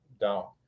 down